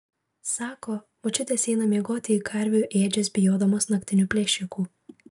sako močiutės eina miegoti į karvių ėdžias bijodamos naktinių plėšikų